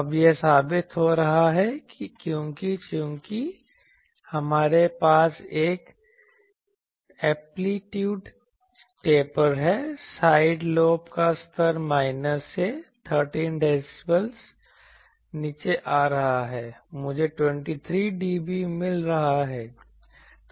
अब यह साबित हो रहा है कि क्योंकि चूंकि हमारे पास एक एंप्लीट्यूड टेपर है साइड लोब का स्तर माइनस से 13dB नीचे आ रहा है मुझे 23dB मिल रहा है